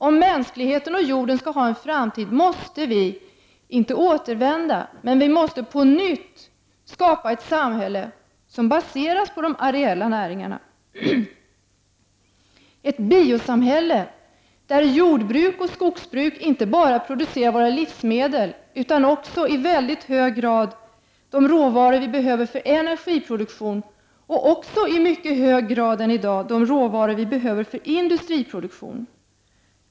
Om mänskligheten och jorden skall ha en framtid måste vi, inte återvända, men på nytt skapa ett samhälle som baseras på de areella näringarna, ett biosamhälle där jordbruk och skogsbruk inte bara producerar våra livsmedel utan också i väldigt hög grad råvaror som vi behöver för energiproduktion och också i mycket högre grad än i dag råvaror som vi behöver för industriproduktion.